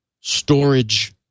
storage